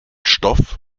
stoff